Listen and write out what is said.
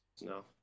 No